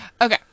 Okay